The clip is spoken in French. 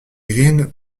green